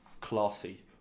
classy